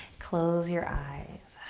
close your eyes.